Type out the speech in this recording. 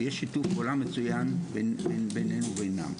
ויש שיתוף פעולה מצוין בינינו לבינם.